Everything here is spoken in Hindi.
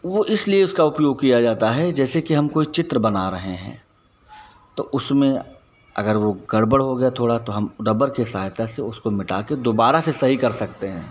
वो इसलिए उसका उपयोग किया जाता है जैसे कि हम कोई चित्र बना रहे हैं तो उसमें अगर वो गड़बड़ हो गया थोड़ा तो हम रबर की सहायता से उसको मिटा के दोबारा से सही कर सकते हैं